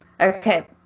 Okay